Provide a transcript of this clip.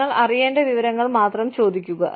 നിങ്ങൾ അറിയേണ്ട വിവരങ്ങൾ മാത്രം ചോദിക്കുക